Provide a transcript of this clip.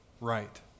right